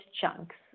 chunks